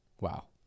Wow